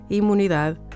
imunidade